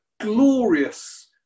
glorious